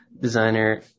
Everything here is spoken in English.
designer